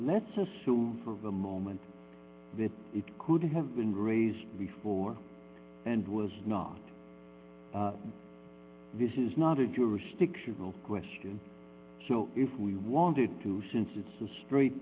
let's assume for the moment that it could have been raised before and was not this is not a jurisdictional question so if we wanted to since it's a straight